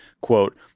quote